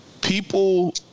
people